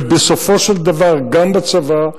ובסופו של דבר גם בצבא,